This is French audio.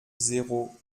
zéro